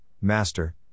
Master